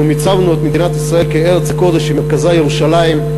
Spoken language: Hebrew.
אנחנו מיצבנו את מדינת ישראל כארץ הקודש שמרכזה ירושלים.